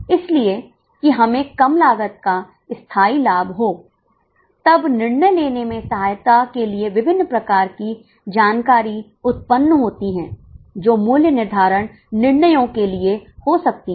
इसलिए कि हमें कम लागत का स्थाई लाभ हो तब निर्णय लेने में सहायता के लिए विभिन्न प्रकार की जानकारियाँ उत्पन्न होती है जो मूल्य निर्धारणनिर्णयों के लिए हो सकती है